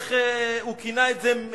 איך הוא כינה את זה?